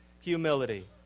humility